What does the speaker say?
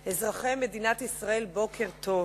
אזרחי מדינת ישראל, בוקר טוב.